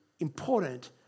Important